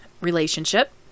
relationship